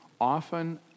often